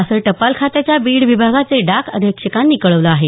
असं टपाल खात्याच्या बीड विभागाचे डाक अधिक्षकांनी कळवलं आहे